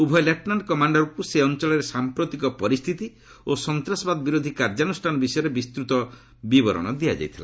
ଉଭୟ ଲେଫ୍ଟନାଣ୍ଟ କମାଣ୍ଡରଙ୍କୁ ସେ ଅଞ୍ଚଳରେ ସାମ୍ପ୍ରତିକ ପରିସ୍ଥିତି ଓ ସନ୍ତାସବାଦ ବିରୋଧି କାର୍ଯ୍ୟାନୁଷ୍ଠାନ ବିଷୟରେ ବିସ୍ତୃତ ବିବରଣୀ ଦିଆଯାଇଥିଲା